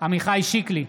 עמיחי שיקלי,